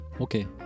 Okay